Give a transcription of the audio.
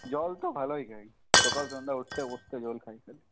জল তো ভালোই খাই সকাল সন্ধ্যা উঠতে বসতে জল খাই খালি